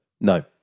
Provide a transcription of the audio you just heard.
No